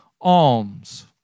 alms